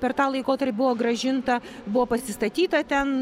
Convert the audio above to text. per tą laikotarpį buvo grąžinta buvo pasistatyta ten